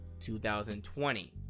2020